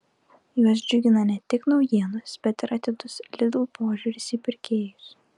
juos džiugina ne tik naujienos bet ir atidus lidl požiūris į pirkėjus